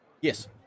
Yes